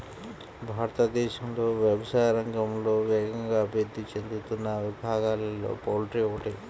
భారతదేశంలో వ్యవసాయ రంగంలో వేగంగా అభివృద్ధి చెందుతున్న విభాగాలలో పౌల్ట్రీ ఒకటి